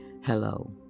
Hello